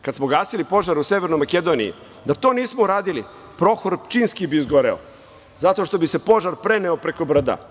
Kad smo gasili požar u Severnoj Makedoniji, da to nismo uradili, Prohor Pčinjski bi izgoreo, zato što bi se požar preneo preko brda.